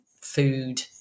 food